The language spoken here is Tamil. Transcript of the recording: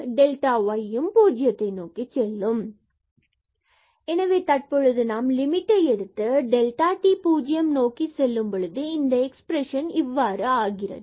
டெல்டா y பூஜ்ஜியத்தை நோக்கி செல்லும் எனவே தற்பொழுது நாம் லிமிட்டை எடுத்து டெல்டா t பூஜ்ஜியம் நோக்கி செல்லும் பொழுது இந்த எக்ஸ்பிரஷன் இவ்வாறு ஆகிறது